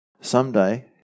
Someday